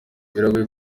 biragoye